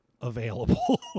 available